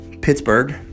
Pittsburgh